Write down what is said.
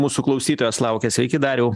mūsų klausytojos laukia sveiki dariau